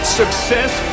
success